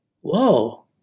whoa